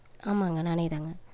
ஆமாங்க நான் தாங்க